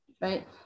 right